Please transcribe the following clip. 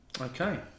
okay